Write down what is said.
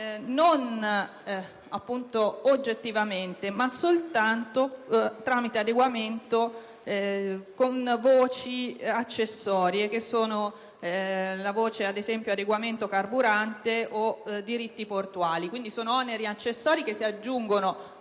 non oggettivamente, ma soltanto tramite adeguamento con voci accessorie, come, ad esempio, la voce adeguamento carburante o diritti portuali. Sono quindi oneri accessori che si aggiungono